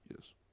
Yes